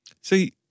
See